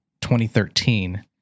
2013